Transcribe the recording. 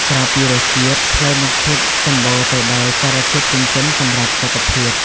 ក្រៅពីរសជាតិ ផ្លែមង្ឃុតសម្បូរទៅដោយសារធាតុចិញ្ចឹមសម្រាប់សុខភាព។